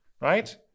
right